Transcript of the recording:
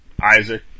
Isaac